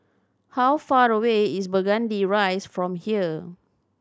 how far away is Burgundy Rise from here